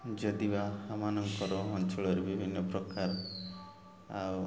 ଯଦିବା ଆମ ମାନଙ୍କର ଅଞ୍ଚଳରେ ବିଭିନ୍ନ ପ୍ରକାର ଆଉ